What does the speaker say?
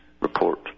report